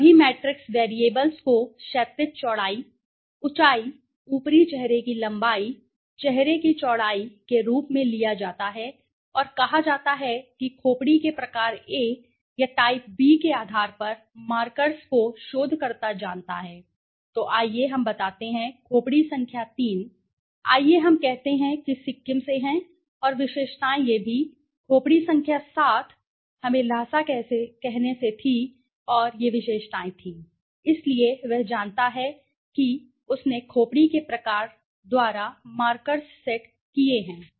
सभी matrix variables को क्षैतिज चौड़ाई ऊँचाई ऊपरी चेहरे की लंबाई चेहरे की चौड़ाई के रूप में लिया जाता है और कहा जाता है कि खोपड़ी के प्रकार A या टाइप B के आधार पर मार्कर्स को शोधकर्ता जानता है तो आइए हम बताते हैं खोपड़ी संख्या 3 आइए हम कहते हैं कि सिक्किम से हैं और विशेषताएं ये थीं खोपड़ी संख्या 7 हमें लसा कहने से थी और ये विशेषताएं थीं इसलिए वह जानता है कि उसने खोपड़ी के प्रकार द्वारा मार्कर्स सेट किए हैं